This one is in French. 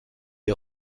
est